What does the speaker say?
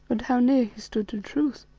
and how near he stood to truth.